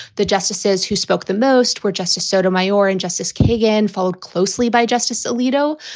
the justices who spoke the most were justice sotomayor and justice kagan, followed closely by justice alito.